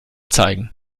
zeigen